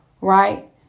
right